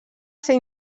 ser